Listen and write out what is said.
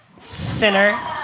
sinner